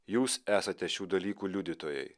jūs esate šių dalykų liudytojai